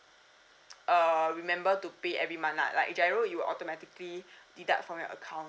err remember to pay every month lah like giro it will automatically deduct from your account